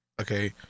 Okay